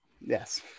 Yes